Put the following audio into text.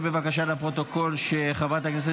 אנחנו נעבור להצעת חוק הרשויות המקומיות (פטור חיילים,